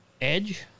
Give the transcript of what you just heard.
Edge